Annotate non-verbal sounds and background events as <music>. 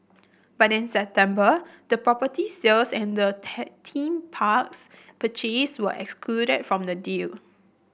but in September the property sales and the <unintelligible> theme parks purchase were excluded from the deal